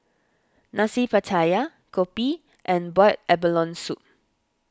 Nasi Pattaya Kopi and Boiled Abalone Soup